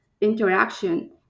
interaction